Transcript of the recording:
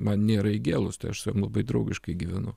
man nėra įgėlus tai aš su jom labai draugiškai gyvenu